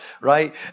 right